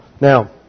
Now